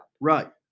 Right